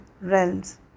realms